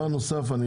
אני